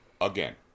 again